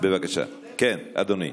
בבקשה, כן, אדוני.